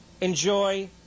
enjoy